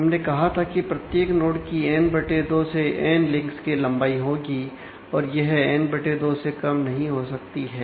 हमने कहा था कि प्रत्येक नोड की एन बटे दो से कम नहीं हो सकती है